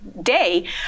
day